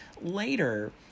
later